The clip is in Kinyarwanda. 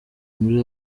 muri